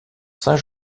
saint